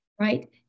Right